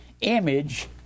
image